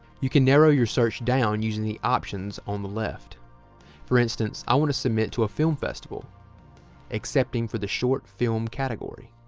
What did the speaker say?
you can narrow your search down using the options on the left for instance. i want to submit to a film festival accepting for the short film category